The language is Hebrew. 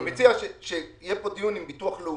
אני מציע שיהיה פה דיון עם ביטוח לאומי,